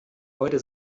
heute